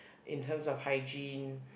in terms of hygiene